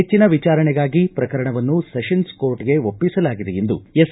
ಹೆಚ್ಚಿನ ವಿಚಾರಣೆಗಾಗಿ ಪ್ರಕರಣವನ್ನು ಸೆಷನ್ಸ್ ಕೋರ್ಟ್ಗೆ ಒಪ್ಪಿಸಲಾಗಿದೆ ಎಂದು ಎಸ್